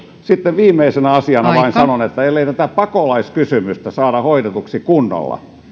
sitten viimeisenä asiana sanon vain että ellei tätä pakolaiskysymystä saada hoidetuksi kunnolla